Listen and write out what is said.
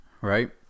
right